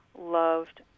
loved